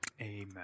Amen